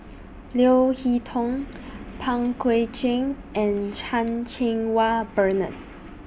Leo Hee Tong Pang Guek Cheng and Chan Cheng Wah Bernard